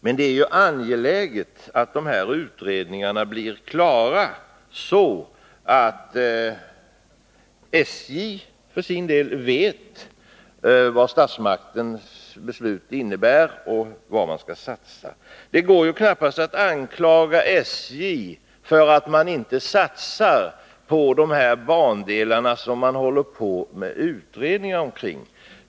Men det är angeläget att de blir klara, så att SJ för sin del vet vad statsmaktens beslut innebär och vad man skall satsa på. Det går knappast att anklaga SJ för att inte satsa på de bandelar som nu håller på att utredas.